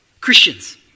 Christians